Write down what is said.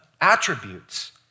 attributes